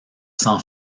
san